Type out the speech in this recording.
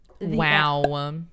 wow